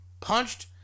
punched